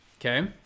okay